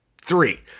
three